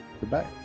Goodbye